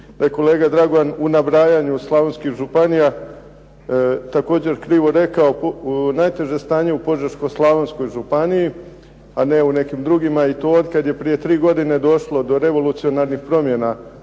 kolega Dragovan u nabrajanju Slavonskih županija također krivo rekao "najteže stanje u Požeško-slavonskoj županiji", a ne u nekim drugima i to od kada je prije 3 godine došlo do revolucionarnih promjena